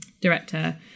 director